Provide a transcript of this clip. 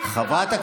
אנחנו, אני איתך